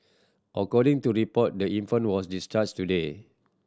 according to report the infant was discharged today